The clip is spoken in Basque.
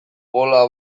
bola